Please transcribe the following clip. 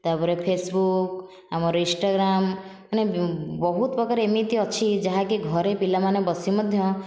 ତା'ପରେ ଫେସବୁକ ଆମର ଇନଷ୍ଟାଗ୍ରାମ ମାନେ ବହୁତ ପ୍ରକାର ଏମିତି ଅଛି ଯାହାକି ଘରେ ପିଲାମାନେ ବସି ମଧ୍ୟ